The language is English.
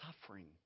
suffering